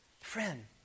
Friend